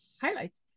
highlights